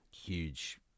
huge